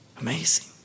amazing